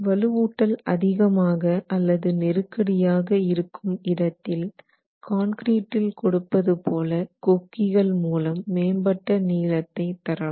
வலுவூட்டல் அதிகமாக அல்லது நெருக்கடியாக இருக்கும் இடத்தில் கான்கிரீட்டில் கொடுப்பது போல கொக்கிகள் மூலம் மேம்பட்ட நீளத்தை தரலாம்